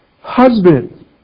husband